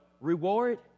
reward